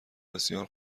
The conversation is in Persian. بسیار